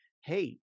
hey